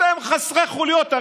אתם חסרי חוליות.